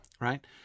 right